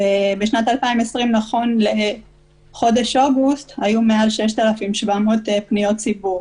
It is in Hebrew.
בשנת 2020 נכון לאוגוסט היו מעל 6,700 פניות ציבור,